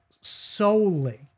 solely